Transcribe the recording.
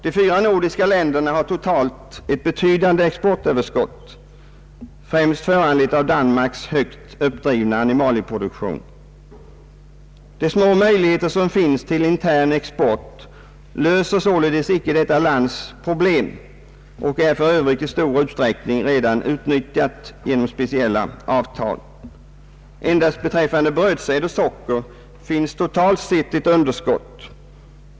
De fyra nordiska länderna har totalt ett betydande exportöverskott, främst föranlett av Danmarks högt uppdrivna animalieproduktion. De små möjligheter som finns till intern export löser således icke detta lands problem och är för övrigt i stor utsträckning redan utnyttjade genom speciella avtal. Endast beträffande brödsäd och socker finns totalt sett ett underskott.